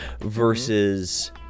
versus